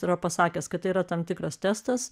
yra pasakęs kad yra tam tikras testas